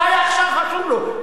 לא היה אכפת לו.